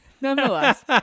Nonetheless